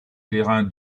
terrain